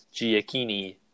Giacchini